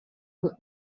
put